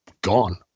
gone